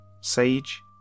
sage